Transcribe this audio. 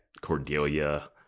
Cordelia